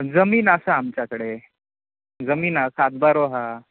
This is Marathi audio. जमीन आसा आमच्याकडे जमीन आहे सात बारो हा